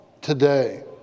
today